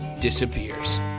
disappears